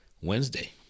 Wednesday